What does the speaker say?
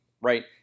Right